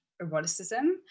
eroticism